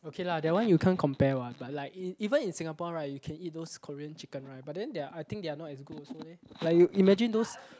okay lah that one you can't compare what but like in even in Singapore right you can eat those Korean chicken right but then they're I think they are not as good also leh like you imagine those